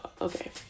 okay